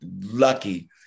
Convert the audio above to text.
lucky